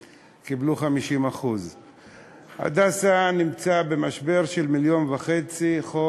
הם קיבלו 50%. "הדסה" נמצאת במשבר של 1.5 מיליארד חוב,